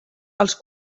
els